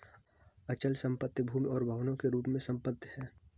अचल संपत्ति भूमि और भवनों के रूप में संपत्ति है